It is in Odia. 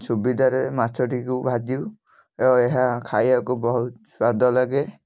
ସୁବିଧାରେ ମାଛଟିକୁ ଭାଜୁ ଓ ଏହା ଖାଇବାକୁ ବହୁତ ସ୍ୱାଦ ଲାଗେ